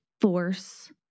force